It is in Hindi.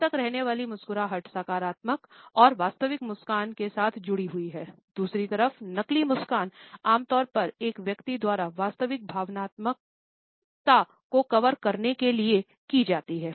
देर तक रहने वाली मुस्कुराहट सकारात्मक और वास्तविक मुस्कान के साथ जुड़ी हुई है दूसरी तरफ नकली मुस्कान आम तौर पर एक व्यक्ति द्वारा वास्तविक भावनात्मकता को कवर करने के लिए किया जाता है